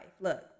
Look